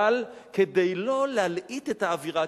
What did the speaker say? אבל כדי לא להלהיט את האווירה,